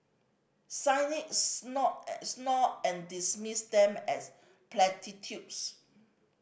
cynics snort and dismiss them as platitudes